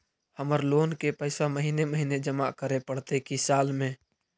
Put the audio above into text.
हमर लोन के पैसा महिने महिने जमा करे पड़तै कि साल में?